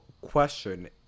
question